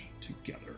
together